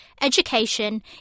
education